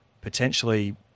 potentially